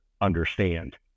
understand